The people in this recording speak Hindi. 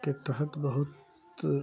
के तहत बहुत